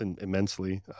immensely